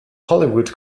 hollywood